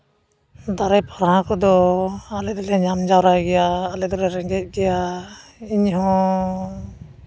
ᱫᱟᱨᱟᱭ ᱯᱟᱨᱦᱟ ᱠᱚᱫᱚ ᱟᱞᱮ ᱫᱚᱞᱮ ᱧᱟᱢ ᱡᱟᱣᱨᱟᱭ ᱜᱮᱭᱟ ᱟᱞᱮ ᱫᱚᱞᱮ ᱨᱮᱸᱜᱮᱡ ᱜᱮᱭᱟ ᱤᱧᱦᱚᱸ